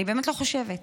אני באמת לא חושבת.